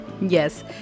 Yes